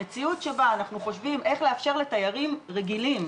במציאות שבה אנחנו חושבים איך לאפשר לתיירים רגילים,